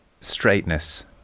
straightness